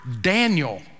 Daniel